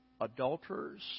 adulterers